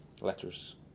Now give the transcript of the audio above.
letters